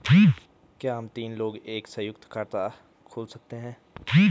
क्या हम तीन लोग एक साथ सयुंक्त खाता खोल सकते हैं?